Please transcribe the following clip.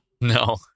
No